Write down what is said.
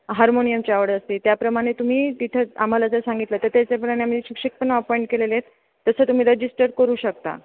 हार्मोनियमची आवड असते त्याप्रमाणे तुम्ही तिथं आम्हाला जर सांगितलं तर त्याच्याप्रमाणे आम्ही शिक्षक पण अपॉइंट केलेले आहेत तसं तुम्ही रजिस्टर करू शकता